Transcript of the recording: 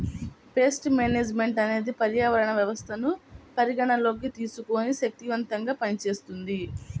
paste management అనేది పర్యావరణ వ్యవస్థను పరిగణలోకి తీసుకొని శక్తిమంతంగా పనిచేస్తుంది